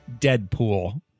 Deadpool